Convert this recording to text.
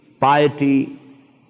piety